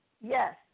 Yes